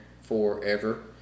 forever